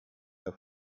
der